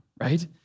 right